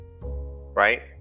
right